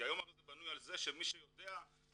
כי היום הרי זה בנוי על כך שמי שיודע יפנה,